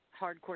hardcore